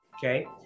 Okay